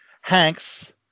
hanks